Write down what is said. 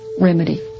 remedy